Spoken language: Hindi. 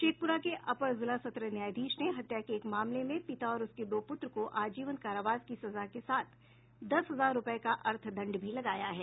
शेखपुरा के अपर जिला सत्र न्यायाधीश ने हत्या के एक मामले में पिता और उसके दो पूत्र को आजीवन कारावास की सजा के साथ दस हजार रुपये का अर्थदंड भी लगाया है